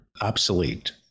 obsolete